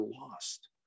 lost